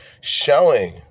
showing